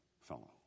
fellow